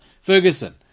Ferguson